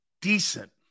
decent